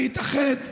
להתאחד,